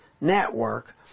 network